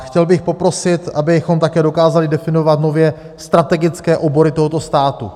Chtěl bych poprosit, abychom také dokázali definovat nově strategické obory tohoto státu.